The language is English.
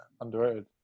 Underrated